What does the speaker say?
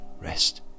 rest